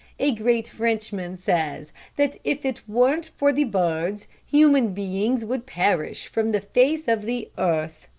a great frenchman says that if it weren't for the birds human beings would perish from the face of the earth.